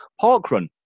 Parkrun